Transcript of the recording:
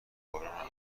کارها